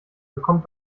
bekommt